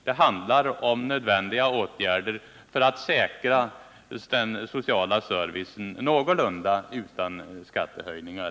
Det handlar om nödvändiga åtgärder för att vi någorlunda skall kunna säkra den sociala servicen utan skattehöjningar.